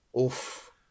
oof